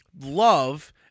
love